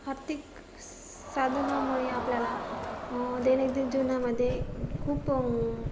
आर्थिक साधनामुळे आपल्याला दैनंदिन जीवनामध्येे खूप